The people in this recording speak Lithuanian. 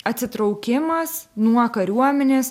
atsitraukimas nuo kariuomenės